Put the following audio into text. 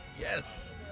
yes